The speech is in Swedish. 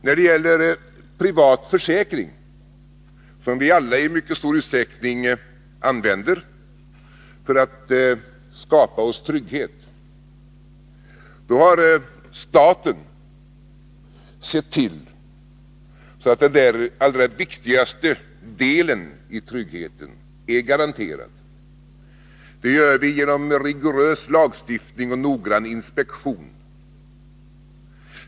När det gäller privat försäkring, som vi alla i mycket stor utsträckning använder för att skapa oss trygghet, har staten sett till att den allra viktigaste delen i tryggheten är garanterad. Det gör vi genom rigorös lagstiftning och noggrann inspektion.